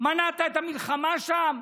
מנעת את המלחמה שם?